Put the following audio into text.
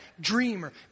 dreamer